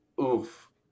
Oof